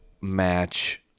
match